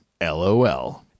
LOL